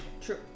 True